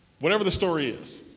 whatever the story is,